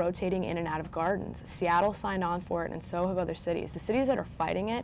rotating in and out of gardens seattle signed on for it and so have other cities the cities that are fighting it